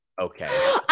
okay